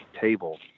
table